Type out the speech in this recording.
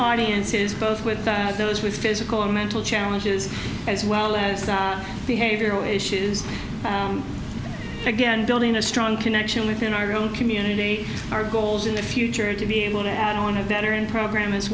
audiences both with those with physical and mental challenges as well as behavioral issues again building a strong connection within our own community our goals in the future to be able to add on a veteran program as